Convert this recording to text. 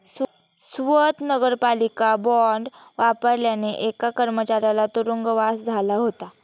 स्वत नगरपालिका बॉंड वापरल्याने एका कर्मचाऱ्याला तुरुंगवास झाला होता